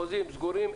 חוזים סגורים,